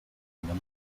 number